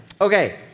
Okay